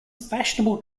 fashionable